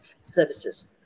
services